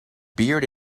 beard